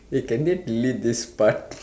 eh can they delete this part